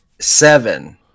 seven